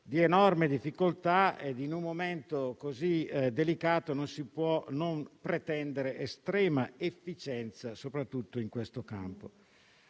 di enorme difficoltà e, in un momento così delicato, non si può non pretendere estrema efficienza, soprattutto in questo campo,